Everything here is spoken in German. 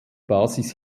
basis